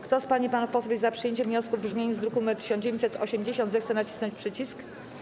Kto z pań i panów posłów jest za przyjęciem wniosku w brzmieniu z druku nr 1980, zechce nacisnąć przycisk.